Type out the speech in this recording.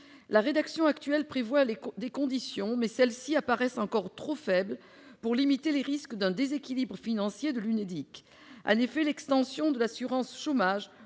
la rédaction actuelle prévoit des conditions, mais celles-ci paraissent encore trop faibles pour limiter les risques d'un déséquilibre financier de l'UNEDIC. En effet, l'extension de l'assurance chômage